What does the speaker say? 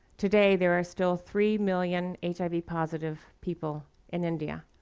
today there are still three million hiv-positive people in india.